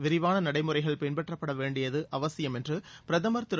விரிவான நடைமுறைகள் பின்பற்றப்பட வேண்டியது அவசியம் என்று பிரதமர் திரு